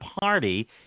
party